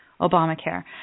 Obamacare